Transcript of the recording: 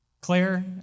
Claire